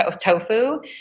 tofu